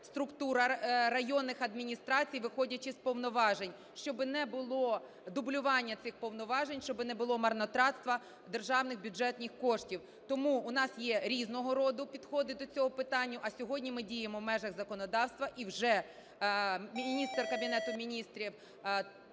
структура районних адміністрацій, виходячи з повноважень, щоб не було дублювання цих повноважень, щоб не було марнотратства державних бюджетних коштів. Тому у нас є різного роду підходи до цього питання, а сьогодні ми діємо в межах законодавства, і вже міністр Кабінету Міністрів